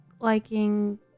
liking